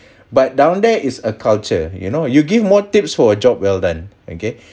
but down there is a culture you know you give more tips for a job well done okay